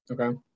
Okay